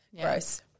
Gross